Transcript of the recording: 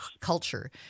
culture